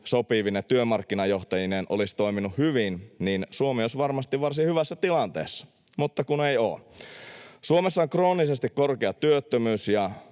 sopivine työmarkkinajohtajineen olisi toiminut hyvin, niin Suomi olisi varmasti varsin hyvässä tilanteessa. Mutta kun ei ole. Suomessa on kroonisesti korkea työttömyys ja